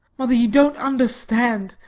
mother, you don't understand.